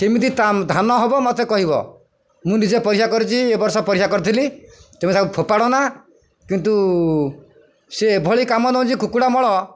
ସେମିତି ଧାନ ହବ ମତେ କହିବ ମୁଁ ନିଜେ ପରୀକ୍ଷା କରିଛି ଏ ବର୍ଷ ପରୀକ୍ଷା କରିଥିଲି ତେମେ ତାକୁ ଫୋପାଡ଼ନା କିନ୍ତୁ ସେ ଏଭଳି କାମ ନେଉଛି କୁକୁଡ଼ା ମଳ